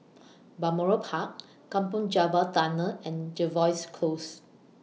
Balmoral Park Kampong Java Tunnel and Jervois Close